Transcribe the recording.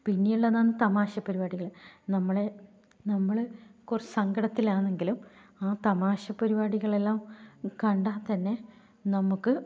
പിന്നെയുള്ളതാണ് തമാശ പരിപാടികൾ നമ്മളെ നമ്മൾ കുറച്ച് സങ്കടത്തിലാണെങ്കിലും ആ തമാശ പരിപാടികളെല്ലാം കണ്ടാൽ തന്നെ നമുക്ക്